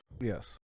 yes